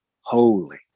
Holy